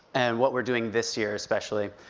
and what we're doing this year, especially.